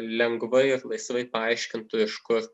lengvai ir laisvai paaiškintų iš kur